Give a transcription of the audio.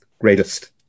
greatest